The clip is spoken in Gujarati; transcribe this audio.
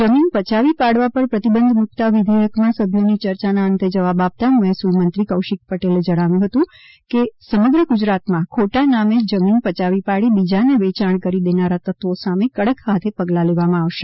જમીન પયાવી પાડવા પર પ્રતિબંધ મૂકતા વિઘેયકમાં સભ્યોની ચર્ચાના અંતે જવાબ આપતાં મહેસૂલ મંત્રી કૌશિક પટેલે કહ્યું હતું કે સમગ્ર ગુજરાતમાં ખોટા નામે જમીન પચાવી પાડી બીજાને વેચાણ કરી દેનારા તત્વો સામે કડકહાથે પગલાં લેવામાં આવશે